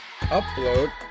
upload